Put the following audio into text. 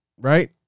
Right